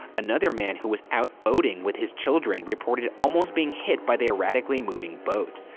another man who was out boating with his children reported almost being hit by the erratically moving boat.